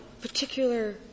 particular